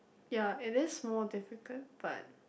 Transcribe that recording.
ya and that's more difficult but